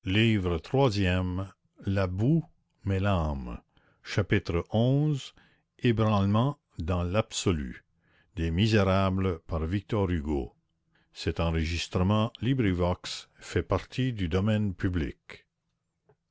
chapitre xi ébranlement dans l'absolu